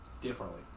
differently